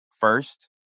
first